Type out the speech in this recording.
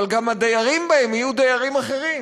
אבל גם הדיירים בהם יהיו דיירים אחרים,